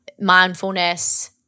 mindfulness